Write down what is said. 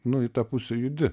nu į tą pusę judi